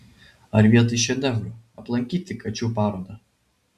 ar vietoj šedevrų aplankyti kačių parodą